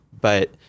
but-